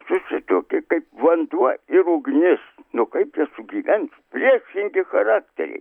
susituokė kaip vanduo ir ugnis nu kaip čia sugyvensi priešingi charakteriai